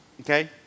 Okay